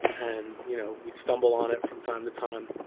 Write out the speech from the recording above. and, you know, we'd stumble on it from time to time